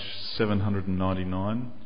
799